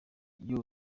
iyo